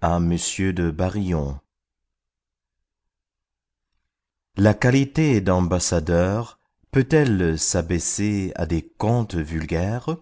la qualité d'ambassadeur peut-elle s'abaisser à des contes vulgaires